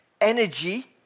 Energy